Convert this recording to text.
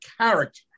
character